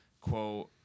Quote